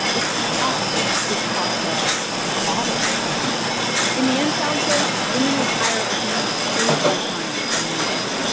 it's cost us. it's cost us equality with men in the end, sallie says women retire with nearly a third less money than men do.